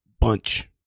bunch